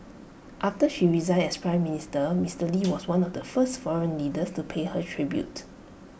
after she resigned as Prime Minister Mister lee was one of the first foreign leaders to pay her tribute